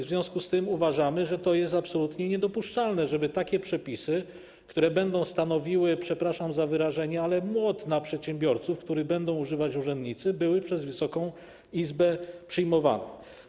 W związku z tym uważamy, że to jest absolutnie niedopuszczalne, żeby takie przepisy, które będą stanowiły, przepraszam za wyrażenie, młot na przedsiębiorców, którego będą używać urzędnicy, były przez Wysoką Izbę przyjmowane.